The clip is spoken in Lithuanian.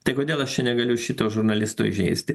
tai kodėl aš čia negaliu šito žurnalisto įžeisti